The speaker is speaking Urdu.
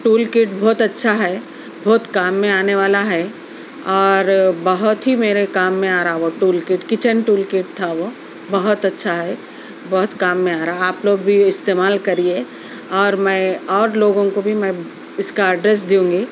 ٹول کٹ بہت اچھا ہے بہت کام میں آنے والا ہے اور بہت ہی میرے کام میں آ رہا ہے وہ tool kit kitchen tool kit تھا وہ بہت اچھا ہے بہت کام میں آ رہا ہے آپ لوگ بھی استعمال کریئے اور میں اور لوگوں کو بھی میں اس کا ایڈریس دوں گی